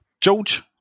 George